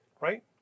Right